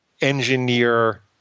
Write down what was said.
engineer